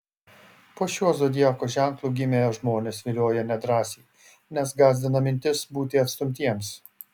po šiuo zodiako ženklu gimę žmonės vilioja nedrąsiai nes gąsdina mintis būti atstumtiems